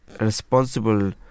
responsible